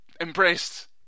embraced